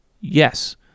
yes